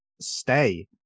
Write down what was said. stay